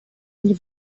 nie